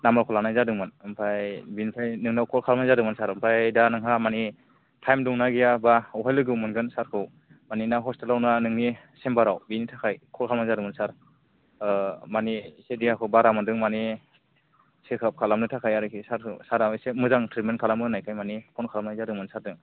number खौ लानाय जादोंमोन ओमफ्राय बेनिफ्राय नोंनियाव क'ल खालामनाय जादोंमोन सार ओमफ्राय दा नोंहा माने टाइम दंना गैया एबा बबेयावहाय लोगो मोनगोन सार खौ माने हस्टेल आव ना नोंनि सेम्बार आव बेनि थाखाय क'ल खालामनाय जादोंमोन सार माने एसे देहाखौ बारा मोनदों माने सेकआप खालामनो थाखाय आरोकि सार खौ सार आ इसे मोजां ट्रिटमेन्ट खालामो होननायखाय माने क'ल खालामनाय जादोंमोन सार जों